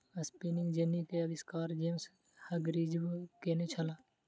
spinning Jenny के आविष्कार James Hargreaves केने छला